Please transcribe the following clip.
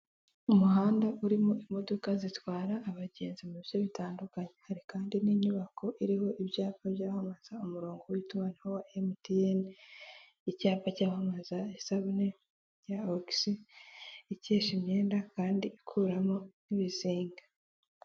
Umuhanda urimo imodoka zitwara abagenzi mu bice bitandukanye hari kandi n'inyubako iriho ibyapa byamamaza umurongo w'itumanaho wa emutiyene icyapa cyamamaza isabune ya okisi ikesha imyenda kandi ikuramo n'ibizinga.